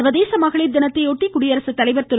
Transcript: சர்வதேச மகளிர் தினத்தையொட்டி குடியரசுத் தலைவர் திரு